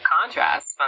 contrast